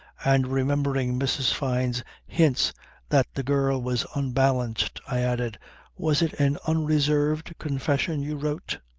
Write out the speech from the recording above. and remembering mrs. fyne's hints that the girl was unbalanced, i added was it an unreserved confession you wrote?